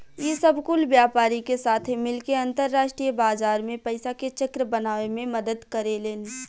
ई सब कुल व्यापारी के साथे मिल के अंतरास्ट्रीय बाजार मे पइसा के चक्र बनावे मे मदद करेलेन